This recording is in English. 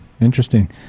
Interesting